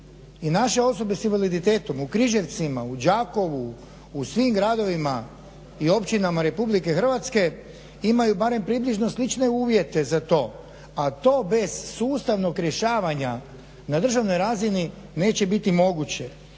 i naše osobe s invaliditetom u Križevcima, u Đakovu, u svim gradovima i općinama RH imaju barem približno slične uvjete za to. A to bez sustavnog rješavanja na državnoj razini neće biti moguće.